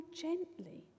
gently